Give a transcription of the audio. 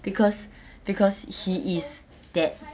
because because he is that